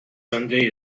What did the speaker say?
sunday